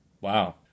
Wow